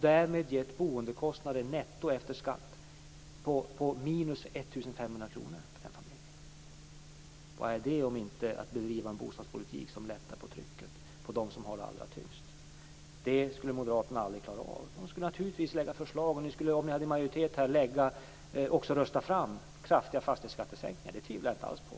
Därmed har boendekostnaden, netto efter skatt, minskat med 1 500 kr för denna familj. Vad är detta, om inte att bedriva en bostadspolitik som lättar på trycket för dem som har det allra tyngst? Det skulle moderaterna aldrig klara av. De skulle naturligtvis lägga fram förslag, och om de hade majoritet här i riksdagen skulle de också rösta fram kraftiga fastighetsskattesänkningar. Det tvivlar jag inte alls på.